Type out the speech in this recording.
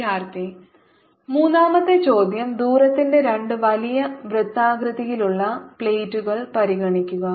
വിദ്യാർത്ഥി മൂന്നാമത്തെ ചോദ്യം ദൂരത്തിന്റെ രണ്ട് വലിയ വൃത്താകൃതിയിലുള്ള പ്ലേറ്റുകൾ പരിഗണിക്കുക